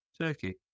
Turkey